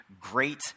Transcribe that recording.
great